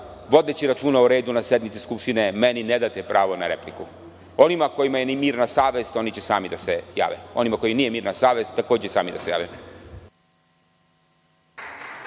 vodeći računa o redu na sednici Skupštine, meni ne date pravo na repliku. Onima kojima je nemirna savest, oni će sami da se jave. Onima kojima nije mirna savest takođe će sami da se jave.